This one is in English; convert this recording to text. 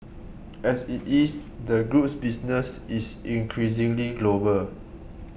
as it is the group's business is increasingly global